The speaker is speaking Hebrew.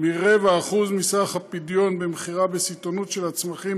מ-0.25% מסך הפדיון במכירה בסיטונות של הצמחים